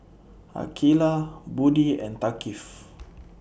Aqilah Budi and Thaqif